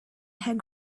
had